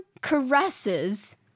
caresses